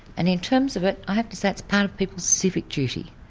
and in terms of it, i have to say it's part of people's civic duty.